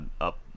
up